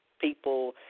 people